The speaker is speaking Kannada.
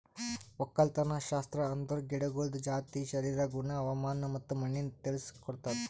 ಒಕ್ಕಲತನಶಾಸ್ತ್ರ ಅಂದುರ್ ಗಿಡಗೊಳ್ದ ಜಾತಿ, ಶರೀರ, ಗುಣ, ಹವಾಮಾನ ಮತ್ತ ಮಣ್ಣಿನ ತಿಳುಸ್ ಕೊಡ್ತುದ್